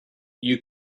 you